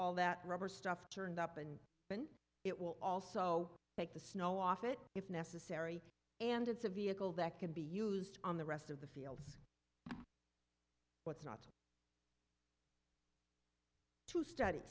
all that rubber stuff turned up and been it will also make the snow off it if necessary and it's a vehicle that can be used on the rest of the fia what's not to